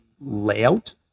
layout